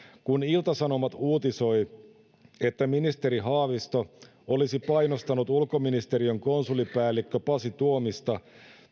kun ilta sanomat uutisoi että ministeri haavisto olisi painostanut ulkoministeriön konsulipäällikkö pasi tuomista